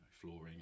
flooring